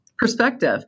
perspective